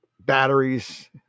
batteries